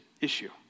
issue